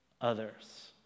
others